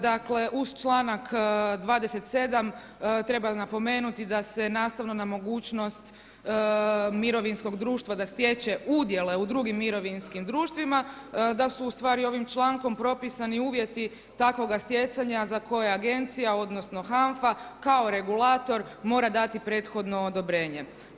Dakle uz članak 27. treba napomenuti da se nastavno na mogućnost mirovinskog društva da stječe udjele u drugim mirovinskim društvima da su ustvari ovim člankom propisani uvjeti takvoga stjecanja za koje agencija, odnosno HANF-a kao regulator mora dati prethodno odobrenje.